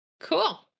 Cool